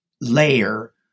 layer